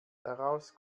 daraus